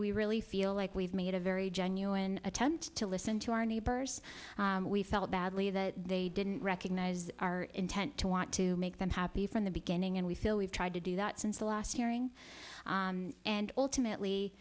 we really feel like we've made a very genuine attempt to listen to our neighbors we felt badly that they didn't recognize our intent to want to make them happy from the beginning and we feel we've tried to do that since the last hearing and ultimately